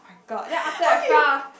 my god then after I found